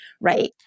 right